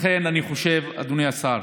אדוני השר,